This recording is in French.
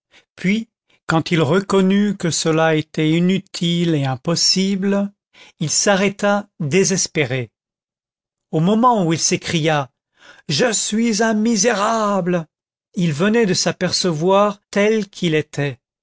puis quand il reconnut que cela était inutile et impossible il s'arrêta désespéré au moment où il s'écria je suis un misérable il venait de s'apercevoir tel qu'il était